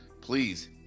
please